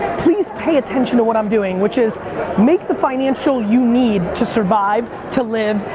please pay attention to what i'm doing which is make the financial you need to survive, to live,